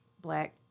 Black